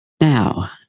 Now